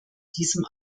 diesem